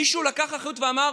מישהו לקח אחריות ואמר: